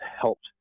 helped